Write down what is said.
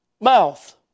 Mouth